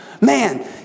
Man